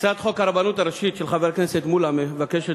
הצעת חוק הרבנות הראשית של חבר הכנסת מולה מבקשת